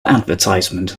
advertisement